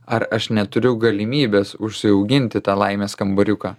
ar aš neturiu galimybės užsiauginti tą laimės kambariuką